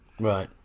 Right